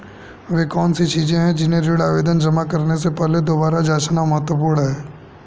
वे कौन सी चीजें हैं जिन्हें ऋण आवेदन जमा करने से पहले दोबारा जांचना महत्वपूर्ण है?